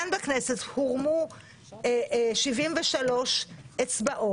כאן בכנסת הורמו 73 אצבעות